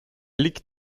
liegt